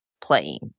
playing